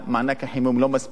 מענק החימום לא מספיק לנו.